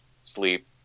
sleep